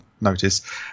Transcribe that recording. notice